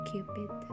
Cupid